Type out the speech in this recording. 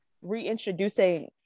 reintroducing